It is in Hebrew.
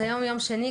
היום יום שני,